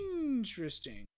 Interesting